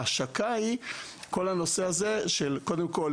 ההשקה היא קודם כול